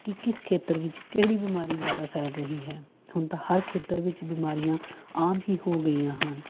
ਕਿ ਕਿਸ ਖੇਤਰ ਵਿੱਚ ਕਿਹੜੀ ਬਿਮਾਰੀ ਜ਼ਿਆਦਾ ਫੈਲ ਰਹੀ ਹੈ ਹੁਣ ਤਾਂ ਹਰ ਖੇਤਰ ਵਿੱਚ ਬਿਮਾਰੀਆਂ ਆਮ ਹੀ ਹੋ ਗਈਆਂ ਹਨ